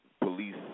police